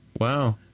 Wow